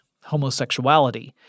homosexuality